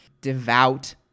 devout